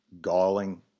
galling